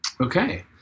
okay